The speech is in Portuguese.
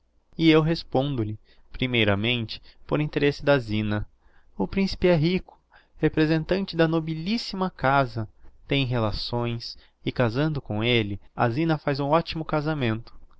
e eu respondo lhe primeiramente por interesse da zina o principe é rico representante de nobilississima casa tem relações e casando com elle a zina faz um optimo casamento